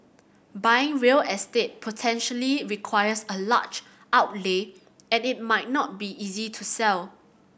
buying real estate potentially requires a large outlay and it might not be easy to sell